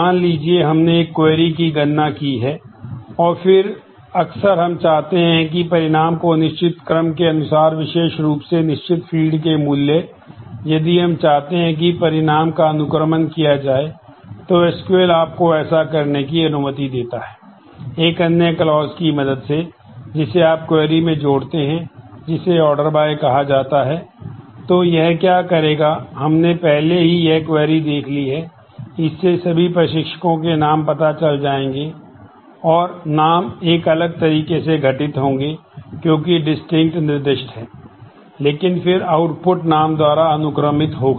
मान लीजिए हमने एक क्वेरी नाम द्वारा अनुक्रमित होगा